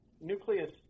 Nucleus